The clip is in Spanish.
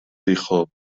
dijo